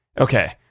Okay